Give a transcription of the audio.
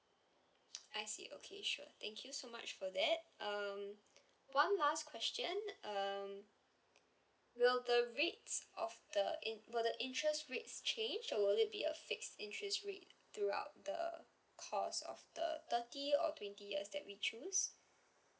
I see okay sure thank you so much for that um one last question um will the rates of the in~ will the interest rates change or will it be a fixed interest rate throughout the course of the thirty or twenty years that we choose